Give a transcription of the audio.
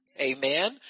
Amen